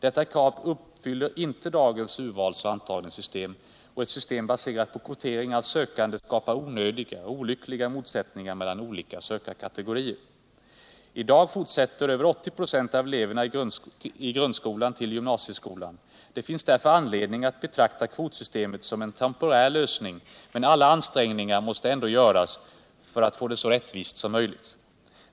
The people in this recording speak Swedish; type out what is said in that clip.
Detta krav uppfyller inte dagens urvals och antagningssystem, och ett system baserat på kvotering av sökande skapar onödiga och olyckliga motsättningar mellan olika sökandekategorier. I dag fortsätter 80 96 av eleverna i grundskolan till gymnasieskolan. Det finns därför anledning att betrakta kvotsystemet som en temporär lösning, men alla ansträngningar måste ändå göras för att få det så rättvist som möjligt.